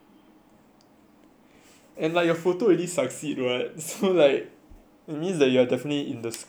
and like your photo already succeed [right] so like it means like you're definitely in the school already [right]